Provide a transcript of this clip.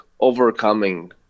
overcoming